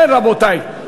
כן, רבותי.